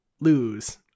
lose